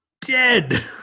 dead